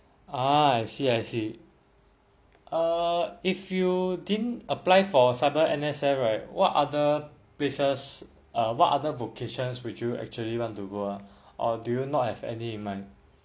ah I see I see err if you didn't apply for cyber N_S_F right what other places or what other vocations would you actually want to go ah or do you not have any in mind